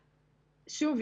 שוב,